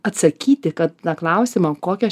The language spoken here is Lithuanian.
atsakyti kad tą klausimą kokią